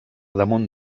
damunt